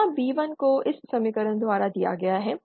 यहां B1 को इस समीकरण द्वारा दिया गया है